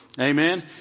amen